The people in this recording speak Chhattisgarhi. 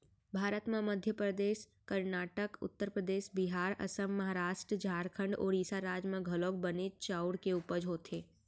भारत म मध्य परदेस, करनाटक, उत्तर परदेस, बिहार, असम, महारास्ट, झारखंड, ओड़ीसा राज म घलौक बनेच चाँउर के उपज होथे